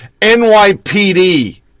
NYPD